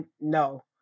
no